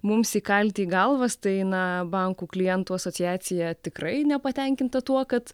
mums įkalti į galvas tai na bankų klientų asociacija tikrai nepatenkinta tuo kad